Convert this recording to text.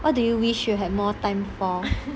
what do you wish you had more time for